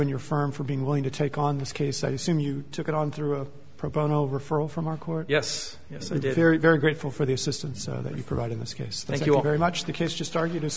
and your firm for being willing to take on this case i assume you took it on through a pro bono referral from our court yes yes i did very very grateful for the assistance so that you provide in this case thank you very much the case just argu